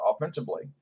offensively